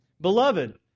Beloved